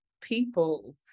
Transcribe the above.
people